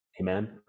Amen